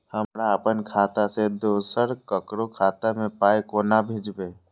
हमरा आपन खाता से दोसर ककरो खाता मे पाय कोना भेजबै?